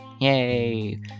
Yay